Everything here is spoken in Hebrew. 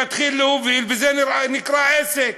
מתחיל להוביל, וזה נקרא "עסק"